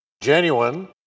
genuine